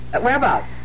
Whereabouts